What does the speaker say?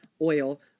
oil